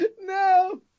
no